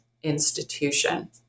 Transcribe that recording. Institution